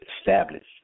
established